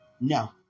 No